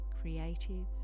Creative